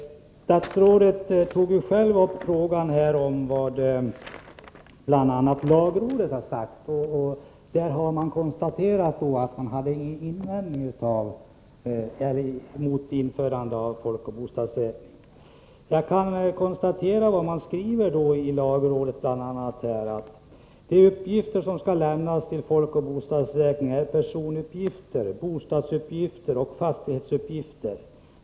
Statsrådet tog själv upp vad bl.a. lagrådet har sagt. Vi kan konstatera att lagrådet hade invändningar mot införandet av folkoch bostadsräkningen. Jag kan återge vad lagrådet anför: ”De uppgifter som skall lämnas till folkoch bostadsräkningen är personuppgifter, bostadsuppgifter och fastighetsuppgifter.